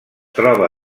troba